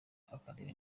abareba